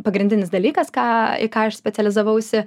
pagrindinis dalykas ką į ką aš specializavausi